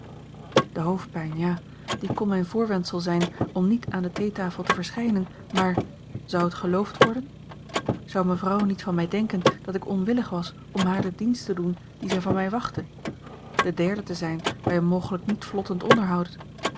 de hoofdpijn ja die kon mijn voorwendsel zijn om niet aan de theetafel te verschijnen maar zou het geloofd worden zou mevrouw niet van mij denken dat ik onwillig was om haar den dienst te doen dien zij van mij wachtte de derde te zijn bij een mogelijk niet vlottend onderhoud